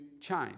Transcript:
change